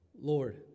Lord